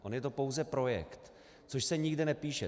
On je to pouze projekt, což se nikde nepíše.